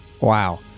wow